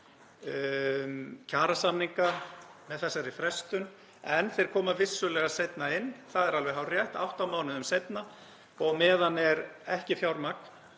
kjarasamninga, með þessari frestun. En þeir koma vissulega seinna inn, það er alveg hárrétt, átta mánuðum seinna, og á meðan er ekki fjármagn,